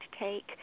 take